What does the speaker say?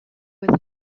with